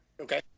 Okay